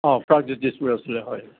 অঁ প্ৰাগজ্যোতিষপুৰ আছিলে হয়